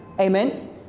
Amen